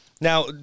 Now –